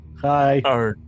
Hi